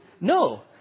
No